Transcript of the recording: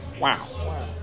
Wow